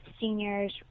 seniors